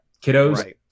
kiddos